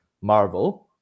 Marvel